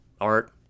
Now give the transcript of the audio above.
art